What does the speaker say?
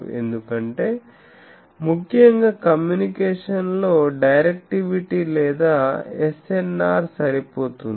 ఎందుకంటే ముఖ్యంగా కమ్యూనికేషన్లో డైరెక్టివిటీ లేదా ఎస్ఎన్ఆర్ సరిపోతుంది